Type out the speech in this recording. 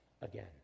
again